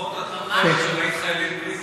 לפחות את לא, שראית חיילים בריטים.